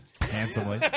Handsomely